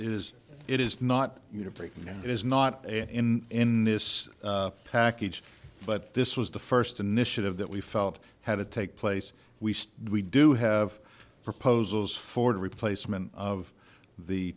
is it is not uniform is not in in this package but this was the first initiative that we felt had to take place we we do have proposals for the replacement of the